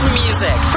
music